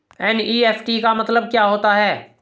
NEFT का मतलब क्या होता है?